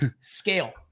scale